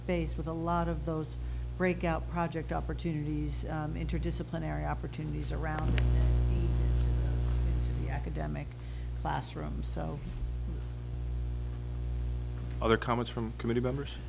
base with a lot of those breakout project opportunities interdisciplinary opportunities around the academic classroom so other comments from committee members